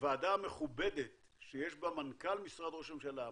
ועדה מכובדת שיש בה מנכ"ל משרד ראש ממשלה,